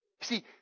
See